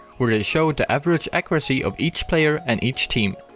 where they showed the average accuracy of each player and each team,